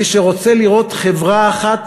מי שרוצה לראות חברה אחת,